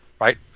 right